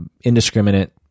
indiscriminate